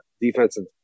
defensive